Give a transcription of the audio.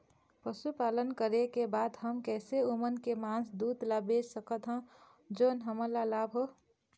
पशुपालन करें के बाद हम कैसे ओमन के मास, दूध ला बेच सकत हन जोन हमन ला लाभ हो?